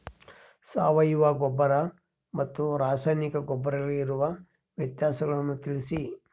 ಸಾವಯವ ಗೊಬ್ಬರ ಮತ್ತು ರಾಸಾಯನಿಕ ಗೊಬ್ಬರಗಳಿಗಿರುವ ವ್ಯತ್ಯಾಸಗಳನ್ನು ತಿಳಿಸಿ?